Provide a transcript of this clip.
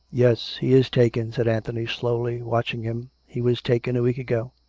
yes he is taken, said anthony slowly, watching him, he was taken a week ago.